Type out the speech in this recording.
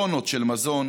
טונות של מזון,